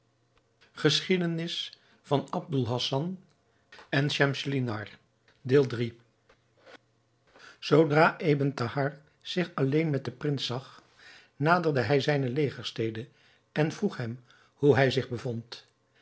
bedrogen zoodra ebn thahar zich alleen met den prins zag naderde hij zijne legerstede en vroeg hem hoe hij zich bevond